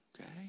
Okay